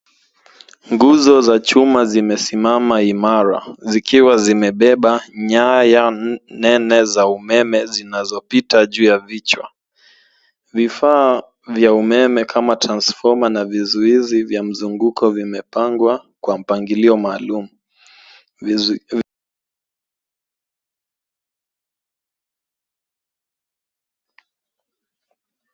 Nguzo za chuma zimesimama imara zikiwa zimebeba nyaya nene za umeme zinazopita juu ya vichwa. Vifaa vya umeme kama transfoma na vizuizi vya mzunguko vimepangwa kwa mpangilio maalum.